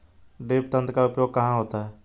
Drip तंत्र का उपयोग कहाँ होता है?